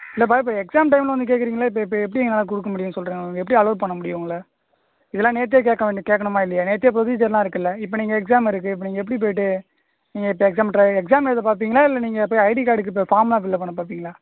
இல்லைப்பா இப்போ எக்ஸாம் டைமில் வந்து கேட்குறீங்களே இப்போ எப்போ எப்படி எங்களால் கொடுக்க முடியும் சொல்கிற எப்படி அலோவ் பண்ண முடியும் உங்கள் இதெல்லாம் நேற்றே கேட்க வேண்டி கேட்கணுமா இல்லையா நேற்றே புரோசீஜர்லாம் இருக்குதுல்ல இப்போ நீங்கள் எக்ஸாம் இருக்குது இப்போ நீங்கள் எப்படி போயிட்டு நீங்கள் இப்போ எக்ஸாம் ட்ரை எக்ஸாம் எழுத பார்ப்பீங்களா இல்லை நீங்கள் போயி ஐடி கார்டுக்கு இப்போ ஃபார்ம்லாம் ஃபில்லப் பண்ண பார்ப்பீங்களா